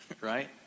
right